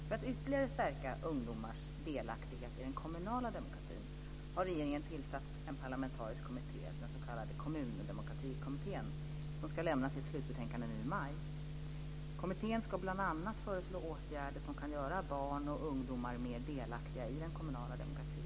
För att ytterligare stärka ungdomars delaktighet i den kommunala demokratin har regeringen tillsatt en parlamentarisk kommitté, den s.k. Kommundemokratikommittén, som ska lämna sitt slutbetänkande i maj. Kommittén ska bl.a. föreslå åtgärder som kan göra barn och ungdomar mer delaktiga i den kommunala demokratin.